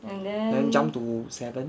and then jumped to seven